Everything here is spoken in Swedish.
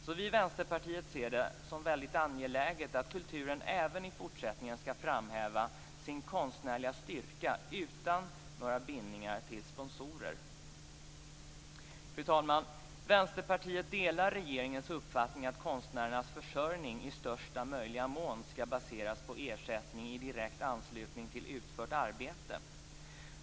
Vi i Vänsterpartiet ser det som väldigt angeläget att kulturen även i fortsättningen skall framhäva sin konstnärliga styrka utan några bindningar till sponsorer. Fru talman! Vänsterpartiet delar regeringens uppfattning att konstnärernas försörjning i största möjliga mån skall baseras på ersättning i direkt anslutning till utfört arbete.